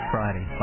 Friday